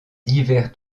divers